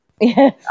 yes